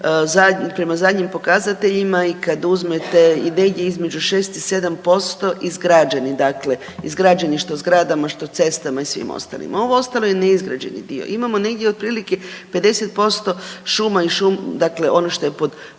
prema zadnjim pokazateljima i kad uzmete negdje između 6 i 7% izgrađeni, dakle, izgrađeni, što zgradama, što cestama i svim ostalim. Ovo ostalo je neizgrađeni dio. Imamo negdje od prilike 50% šuma i, dakle ono što je pod šumama,